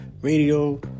radio